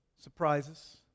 surprises